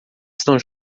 estão